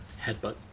Headbutt